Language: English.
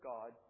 God